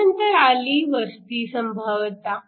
त्यानंतर आली वस्ती संभाव्यता